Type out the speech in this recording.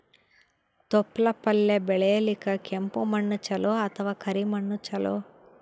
ತೊಪ್ಲಪಲ್ಯ ಬೆಳೆಯಲಿಕ ಕೆಂಪು ಮಣ್ಣು ಚಲೋ ಅಥವ ಕರಿ ಮಣ್ಣು ಚಲೋ?